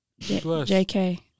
jk